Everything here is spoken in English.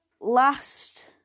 Last